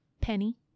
Penny